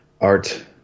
Art